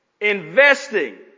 investing